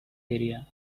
area